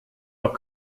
doch